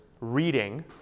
reading